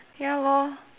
ya lor